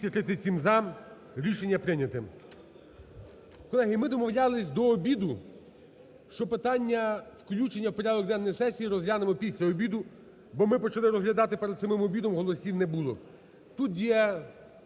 Колеги, ми домовлялись до обіду, що питання "включення в порядок денний сесії" розглянемо після обіду, бо ми почали розглядати перед самим обідом, голосів не було.